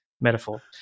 Metaphor